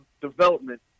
development